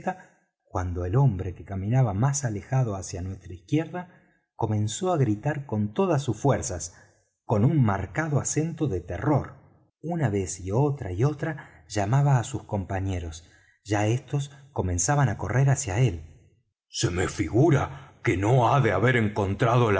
cuando el hombre que caminaba más alejado hacia nuestra izquierda comenzó á gritar con todas sus fuerzas con un marcado acento de terror una vez y otra y otra llamaba á sus compañeros ya éstos comenzaban á correr hacia él se me figura que no ha de haber encontrado